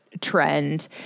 trend